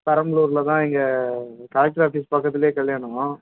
பெரம்பலூரில் தான் இங்கே கலெக்டர் ஆஃபீஸ் பக்கத்திலயே கல்யாணம்